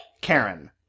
Karen